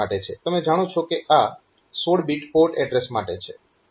તમે જાણો છો કે આ 16 બીટ પોર્ટ એડ્રેસ માટે છે